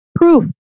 Proof